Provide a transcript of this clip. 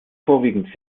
vorwiegend